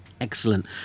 excellent